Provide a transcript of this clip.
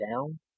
down